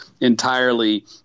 entirely